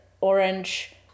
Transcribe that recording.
orange